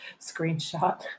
screenshot